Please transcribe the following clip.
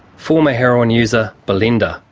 former heroin user, belinda,